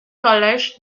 college